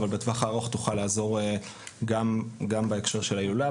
אבל תוכל בעתיד לעזור גם בהקשר של ההילולה.